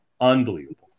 Unbelievable